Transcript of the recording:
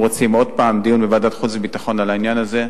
אתם רוצים עוד פעם דיון בוועדת החוץ והביטחון על העניין הזה?